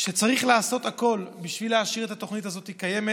שצריך לעשות הכול בשביל להשאיר את התוכנית הזאת קיימת.